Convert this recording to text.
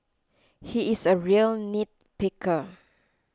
he is a real nitpicker